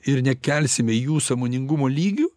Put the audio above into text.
ir nekelsime jų sąmoningumo lygių